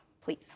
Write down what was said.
please